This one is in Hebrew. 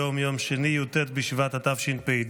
היום יום שני י"ט בשבט התשפ"ד,